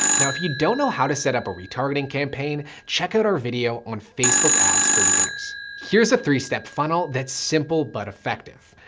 now, if you don't know how to set up a retargeting campaign, check out our video on facebook ads for beginners. here's a three step funnel, that's simple, but effective.